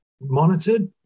monitored